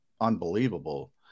unbelievable